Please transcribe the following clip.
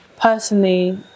personally